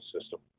system